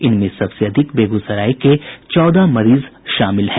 इसमें सबसे अधिक बेगूसराय के चौदह मरीज शामिल हैं